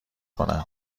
کنند